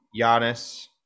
Giannis